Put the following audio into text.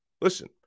listen